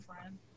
friend